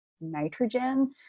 nitrogen